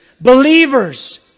believers